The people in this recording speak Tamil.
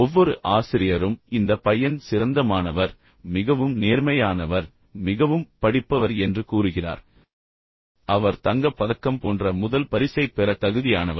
ஒவ்வொரு ஆசிரியரும் இந்த பையன் சிறந்த மாணவர் மிகவும் நேர்மையானவர் மிகவும் படிப்பவர் என்று கூறுகிறார் அவர் தங்கப் பதக்கம் போன்ற முதல் பரிசைப் பெற தகுதியானவர்